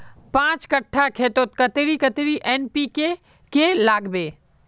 पाँच कट्ठा खेतोत कतेरी कतेरी एन.पी.के के लागबे?